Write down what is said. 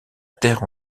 terre